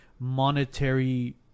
monetary